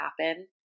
happen